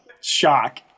shock